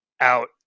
out